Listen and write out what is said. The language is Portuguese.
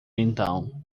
então